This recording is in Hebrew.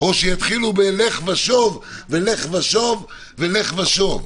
או שיתחילו בלך ושוב ולך ושוב ולך ושוב?